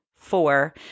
four